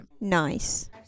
nice